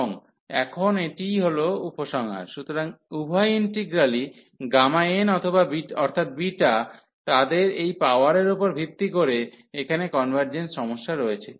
এবং এখন এটিই হল উপসংহার সুতরাং উভয় ইন্টিগ্রালই n অর্থাৎ বিটা তাদের এই পাওয়ারের উপর ভিত্তি করে এখানে কনভার্জেন্স সমস্যা রয়েছে